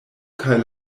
kaj